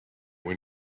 when